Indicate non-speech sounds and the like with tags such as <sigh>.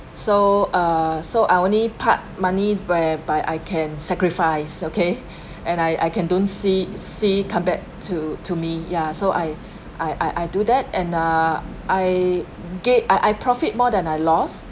so uh so I only part money whereby I can sacrifice okay <breath> and I I can don't see see come back to to me yeah so I I I I do that and err I ga~ I I profit more than I lost